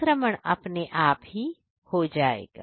संक्रमण अपने आप हो जाएगा